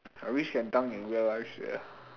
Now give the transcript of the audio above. I wish can dunk in real life sia